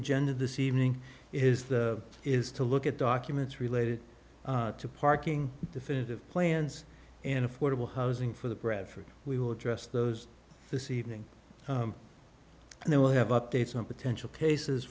agenda this evening is the is to look at documents related to parking definitive plans and affordable housing for the bradford we will address those this evening and they will have updates on potential cases